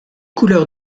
couleurs